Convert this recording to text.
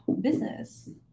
business